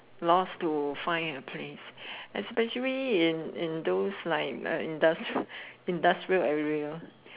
lost to find a place especially in in those like like indust~ industrial area